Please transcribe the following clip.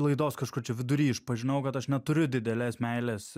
laidos kažkur čia vidury išpažinau kad aš neturiu didelės meilės